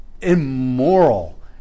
immoral